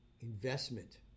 investment